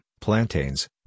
plantains